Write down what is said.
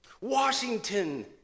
Washington